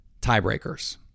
tiebreakers